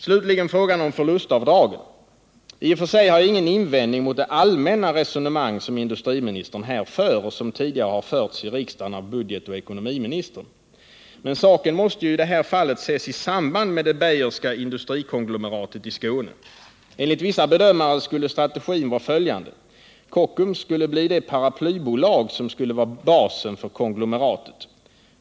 Slutligen frågan om förlustavdragen. I och för sig har jag ingen invändning mot det allmänna resonemang som industriministern här för och som tidigare har förts i riksdagen av budgetoch ekonomiministern, men saken måste i det här fallet ses i samband med det Beijerska industrikonglomeratet i Skåne. Enligt vissa bedömare skulle strategin vara följande: Kockums skulle bli det paraplybolag som skulle vara basen för konglomeratet.